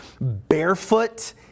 barefoot